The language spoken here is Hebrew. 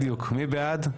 מי בעד?